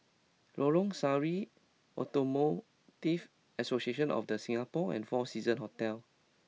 Lorong Sari Automobile Deep Association of The Singapore and Four Seasons Hotel